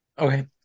Okay